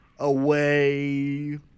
Away